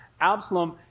Absalom